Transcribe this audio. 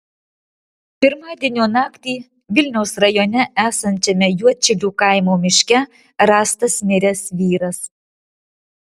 pirmadienio naktį vilniaus rajone esančiame juodšilių kaimo miške rastas miręs vyras